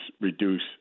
reduce